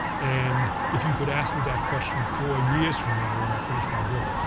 and if you could ask me that question four years from now when i've finished my book,